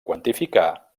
quantificar